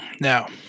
now